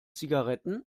zigaretten